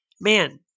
man